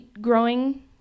growing